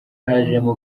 hajemo